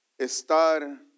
estar